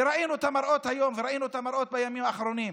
וראינו את המראות היום וראינו את המראות בימים האחרונים.